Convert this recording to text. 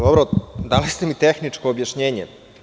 Dali ste mi tehničko objašnjenje.